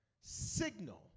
signal